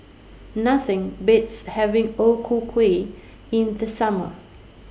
Nothing Beats having O Ku Kueh in The Summer